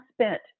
spent